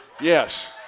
yes